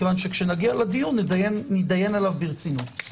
כשנגיע לדיון, נידיין עליו ברצינות.